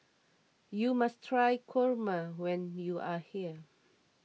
you must try Kurma when you are here